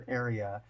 area